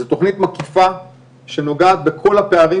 זו תכנית מקיפה שנוגעת בכל הפערים